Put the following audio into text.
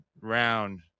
round